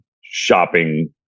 shopping